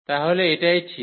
তাহলে এটাই ঠিক